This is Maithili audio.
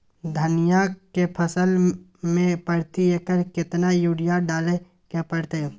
धनिया के फसल मे प्रति एकर केतना यूरिया डालय के परतय?